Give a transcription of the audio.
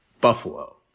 Buffalo